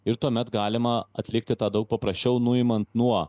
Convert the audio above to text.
ir tuomet galima atlikti tą daug paprasčiau nuimant nuo